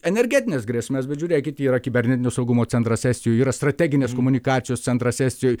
energetines grėsmes bet žiūrėkit yra kibernetinio saugumo centras estijoj yra strateginės komunikacijos centras estijoj